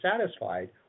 satisfied